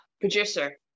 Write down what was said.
producer